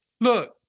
look